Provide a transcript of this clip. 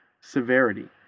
severity